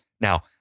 Now